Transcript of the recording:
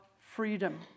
freedom